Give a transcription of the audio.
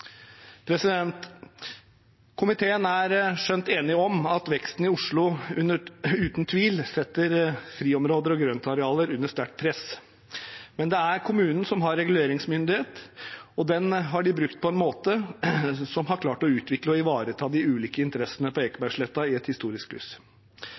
Komiteen er skjønt enig om at veksten i Oslo uten tvil setter friområder og grøntarealer under sterkt press, men det er kommunen som har reguleringsmyndighet, og den har de brukt på en måte som har klart å utvikle og ivareta de ulike interessene på